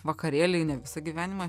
vakarėliai ne visą gyvenimą